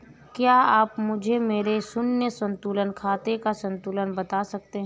क्या आप मुझे मेरे शून्य संतुलन खाते का संतुलन बता सकते हैं?